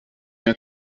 mehr